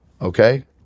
okay